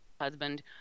Husband